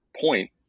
point